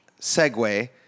segue